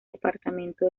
departamento